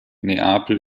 neapel